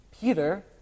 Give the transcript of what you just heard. Peter